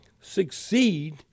succeed